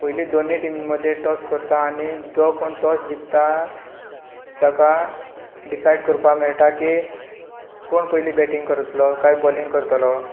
पयली दोनी टिमी मदें टॉस करतात आनी जो कोण टॉस जिंखता ताका डिसायड करपाक मेळटा की कोण पयली बेटींग करतलो काय बॉलिंग करतलो